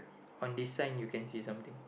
on the sign you can see something